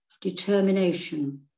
determination